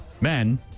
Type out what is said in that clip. men